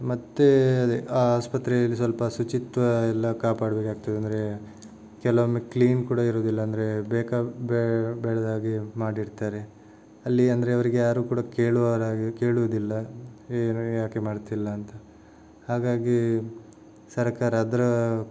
ಮತ್ತು ಅದೇ ಆಸ್ಪತ್ರೆಯಲ್ಲಿ ಸ್ವಲ್ಪ ಶುಚಿತ್ವ ಎಲ್ಲ ಕಾಪಾಡಬೇಕಾಗ್ತದೆ ಅಂದರೆ ಕೆಲವೊಮ್ಮೆ ಕ್ಲೀನ್ ಕೂಡ ಇರುವುದಿಲ್ಲ ಅಂದರೆ ಬೇಕಾ ಬೇ ಬೇಡದಾಗೆ ಮಾಡಿಡ್ತಾರೆ ಅಲ್ಲಿ ಅಂದರೆ ಅವರಿಗೆ ಯಾರೂ ಕೇಳುವವರ ಕೇಳುವುದಿಲ್ಲ ಏನು ಯಾಕೆ ಮಾಡ್ತಿಲ್ಲ ಅಂತ ಹಾಗಾಗಿ ಸರ್ಕಾರ ಅದರ